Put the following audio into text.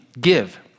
give